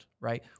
right